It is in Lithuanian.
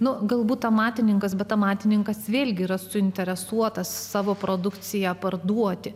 na galbūt amatininkas bet amatininkas vėlgi yra suinteresuotas savo produkciją parduoti